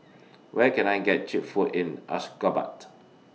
Where Can I get Cheap Food in Ashgabat